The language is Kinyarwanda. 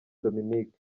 dominique